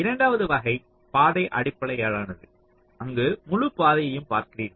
இரண்டாவது வகை பாதை அடிப்படையிலானது அங்கு முழு பாதையையும் பார்க்கிறீர்கள்